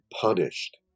punished